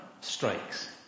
strikes